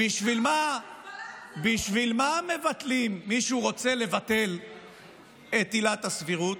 בשביל מה מישהו רוצה לבטל את עילת הסבירות?